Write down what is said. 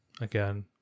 Again